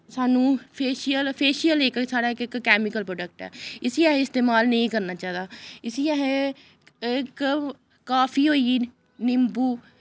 सानूं facial facial इक साढ़ा इक कैमिकल प्रोडक्ट ऐ इस्सी असें इस्तेमाल निं करना चाहिदा इस्सी असें काॅफी होई गेई निम्बू